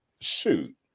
shoot